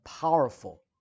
powerful